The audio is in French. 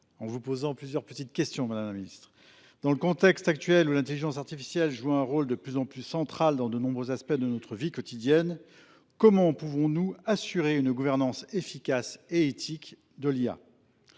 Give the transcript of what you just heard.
en vous posant plusieurs petites questions Madame la Ministre. Dans le contexte actuel où l'intelligence artificielle joue un rôle de plus en plus central dans de nombreux aspects de notre vie quotidienne, comment pouvons-nous assurer une gouvernance efficace et éthique d'OLIA ?